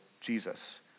Jesus